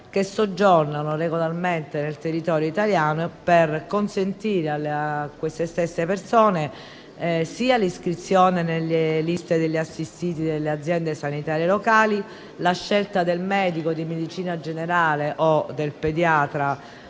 che soggiornano regolarmente nel territorio italiano e consentire loro l'iscrizione nelle liste degli assistiti delle aziende sanitarie locali, la scelta del medico di medicina generale o del pediatra